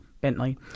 Bentley